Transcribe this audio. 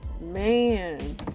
Man